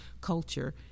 culture